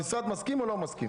המשרד מסכים או לא מסכים.